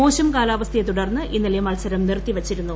മോശം കാലാവസ്ഥയെ തുടർന്ന് ഇന്നലെ മത്സരം നിർത്തിവെച്ചിരുന്നു